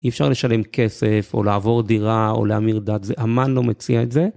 אי אפשר לשלם כסף, או לעבור דירה, או להמיר דת... ואמן לא מציע את זה.